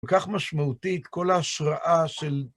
וכך משמעותית כל ההשראה של...